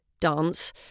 dance